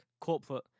corporate